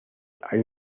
hay